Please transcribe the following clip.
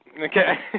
Okay